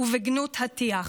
ובגנות הטיח".